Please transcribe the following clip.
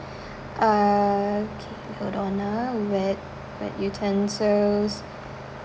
uh okay hold on ah wet wet utensils